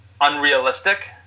unrealistic